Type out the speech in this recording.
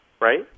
right